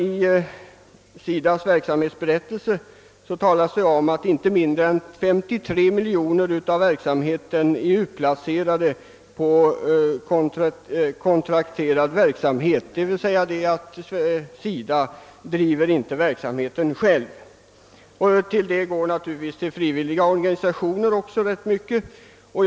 I SIDA:s verksamhetsberättelse talas det om att inte mindre än 53 miljoner kronor avser kontrakterad verksamhet, d.v.s. SIDA driver inte den verksamheten själv. Därutöver går naturligtvis också rätt mycket till frivilliga organisationer.